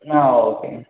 ஆ ஓகேங்க